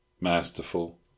masterful